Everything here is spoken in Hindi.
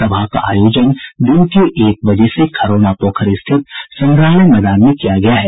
सभा का आयोजन दिन के एक बजे से खरौना पोखर स्थित संग्रहालय मैदान में किया गया है